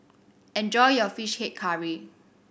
enjoy your Fish Head Curry